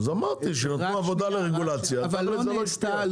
אז אמרתי שנתנו עבודה לרגולציה --- וזה לא השפיע.